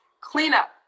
cleanup